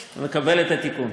אני מקבל את התיקון.